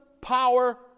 power